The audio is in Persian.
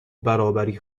برابری